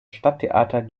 stadttheater